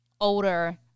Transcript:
older